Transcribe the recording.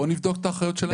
בואו נבדוק את האחריות שלהם.